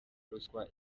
ruswa